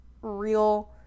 real